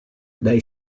dai